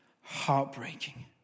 heartbreaking